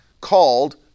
called